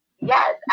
Yes